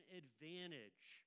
advantage